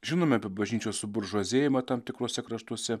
žinom apie bažnyčios suburžuazėjimą tam tikruose kraštuose